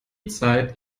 zeit